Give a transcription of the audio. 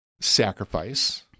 sacrifice